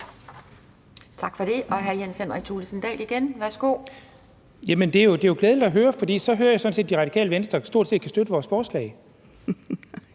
Værsgo. Kl. 11:33 Jens Henrik Thulesen Dahl (DF): Det er jo glædeligt at høre, for så hører jeg sådan set, at De Radikale Venstre stort set kan støtte vores forslag.